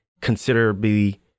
considerably